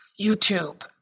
YouTube